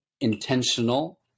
intentional